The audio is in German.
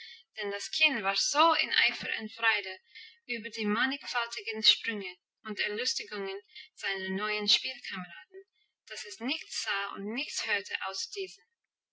denn das kind war so in eifer und freude über die mannigfaltigen sprünge und erlustigungen seiner neuen spielkameraden dass es nichts sah und nichts hörte außer diesen